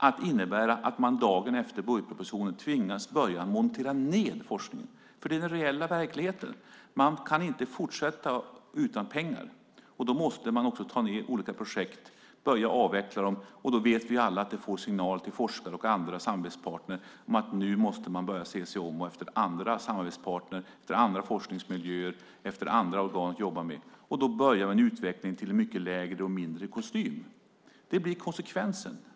Det innebär att dagen efter budgetpropositionen läggs fram tvingas man börja montera ned forskningen. Det är den reella verkligheten. Man kan inte fortsätta utan pengar. Då måste man också börja avveckla olika projekt. Det vi alla vet är att det blir en signal till forskare och andra samarbetspartner om att man måste se sig om efter andra samarbetspartner, andra forskningsmiljöer, andra organ att jobba med. Då börjar utvecklingen till en mindre kostym. Det blir konsekvensen.